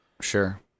Sure